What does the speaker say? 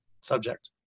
subject